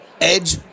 edge